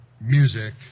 music